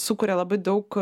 sukuria labai daug